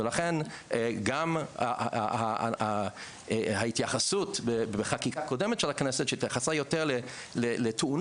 ולכן גם ההתייחסות בחקיקה הקודמת של הכנסת שהתייחסה יותר לתאונות,